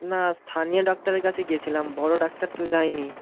না স্থানীয় ডক্টরের কাছে গিয়েছিলাম বড় ডাক্তার তো যাইনি